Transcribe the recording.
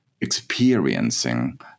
experiencing